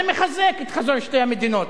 זה מחזק את חזון שתי המדינות.